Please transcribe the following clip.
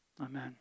amen